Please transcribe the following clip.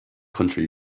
country